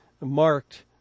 marked